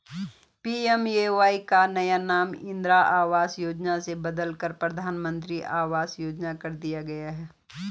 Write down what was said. PMAY का नाम इंदिरा आवास योजना से बदलकर प्रधानमंत्री आवास योजना कर दिया गया